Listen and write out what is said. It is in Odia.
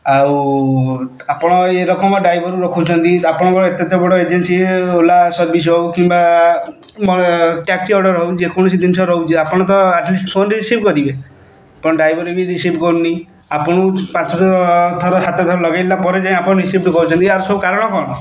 ଆଉ ଆପଣ ଏଇରକମ ଡ଼୍ରାଇଭର୍ ରଖୁଛନ୍ତି ଆପଣଙ୍କର ଏତେ ଏତେ ବଡ଼ ଏଜେନ୍ସି ଓଲା ସର୍ଭିସ ହେଉ କିମ୍ବା ମାନେ ଟ୍ୟାକ୍ସି ଅର୍ଡ଼ର୍ ହେଉ ଯେକୌଣସି ଜିନିଷ ରହୁଛି ଆପଣ ତ ଆଟ୍ଲିଷ୍ଟ ଫୋନ୍ ରିସିଭ୍ କରିବେ ଆପଣ ଡ୍ରାଇଭର ବି ରିସିଭ୍ କରୁନି ଆପଣଙ୍କୁ ପାଞ୍ଚ ଥର ସାତ ଥର ଲଗେଇଲା ପରେ ଯାଇ ଆପଣ ରିସିଭ୍ କରୁଛନ୍ତି ଏହାର ସବୁ କାରଣ କଣ